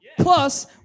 Plus